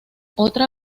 otra